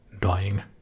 dying